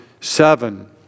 seven